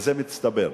וזה מצטבר.